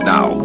Now